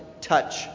touch